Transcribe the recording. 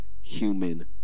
human